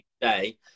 today